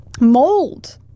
Mold